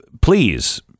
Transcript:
Please